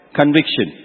conviction